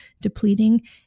depleting